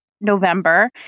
November